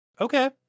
Okay